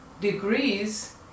degrees